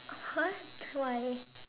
what why